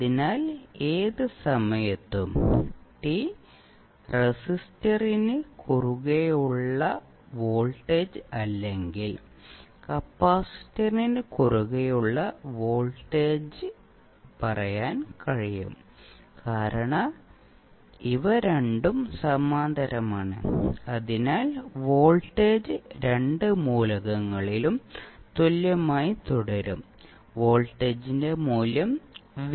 അതിനാൽ ഏത് സമയത്തും t റെസിസ്റ്ററിന് കുറുകെയുള്ള വോൾട്ടേജ് അല്ലെങ്കിൽ കപ്പാസിറ്ററിന് കുറുകെയുള്ള വോൾട്ടേജ് പറയാൻ കഴിയും കാരണം ഇവ രണ്ടും സമാന്തരമാണ് അതിനാൽ വോൾട്ടേജ് രണ്ട് മൂലകങ്ങളിലും തുല്യമായി തുടരും വോൾട്ടേജിന്റെ മൂല്യം v